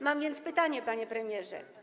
Mam więc pytanie, panie premierze.